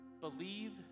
believe